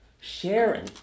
sharing